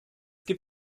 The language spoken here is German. gibt